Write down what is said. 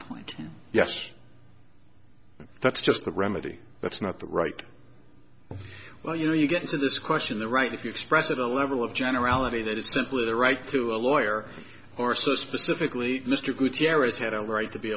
point yes that's just the remedy that's not the right well you know you get into this question the right if you express at a level of generality that is simply the right to a lawyer or so specifically mr gutierrez had a right to be